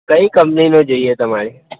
કઈ કંપનીનો જોઈએ તમારે